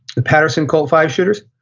the paterson colt five-shooters.